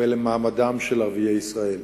ולמעמדם של ערביי ישראל.